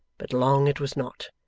but long it was not,